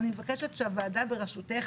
אני מבקשת שהוועדה ברשותך